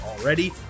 already